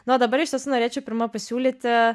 nu o dabar iš tiesų norėčiau pirma pasiūlyti